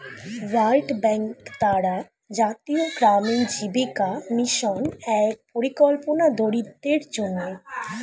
world Bank দ্বারা জাতীয় গ্রামীণ জীবিকা মিশন এক পরিকল্পনা দরিদ্রদের জন্যে